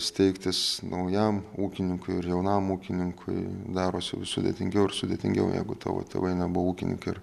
steigtis naujam ūkininkui ir jaunam ūkininkui darosi vis sudėtingiau ir sudėtingiau jeigu tavo tėvai nebuvo ūkininkai ir